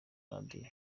radiyo